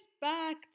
Back